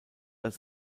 als